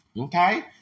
okay